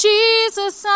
Jesus